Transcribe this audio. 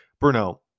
Bruno